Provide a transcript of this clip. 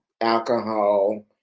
alcohol